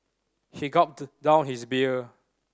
he gulped down his beer